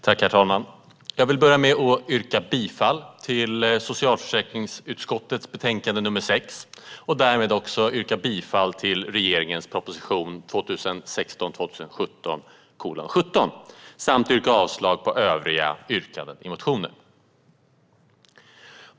Herr talman! Jag vill börja med att yrka bifall till socialförsäkringsutskottets förslag i betänkande nr 6 och därmed också till regeringens proposition 2016/17:17 samt avslag på övriga yrkanden i motioner.